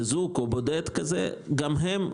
גם הם,